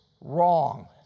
wrong